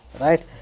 right